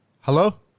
Hello